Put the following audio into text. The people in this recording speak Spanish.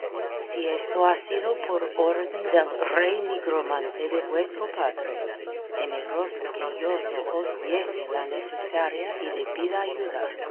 si esto ha sido por orden del rey nigromante de vuestro padre temeroso que yo no os diese la necesaria y debida ayuda